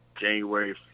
January